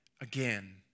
again